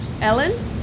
Ellen